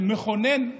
מכונן,